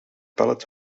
pellet